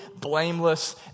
blameless